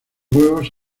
huevos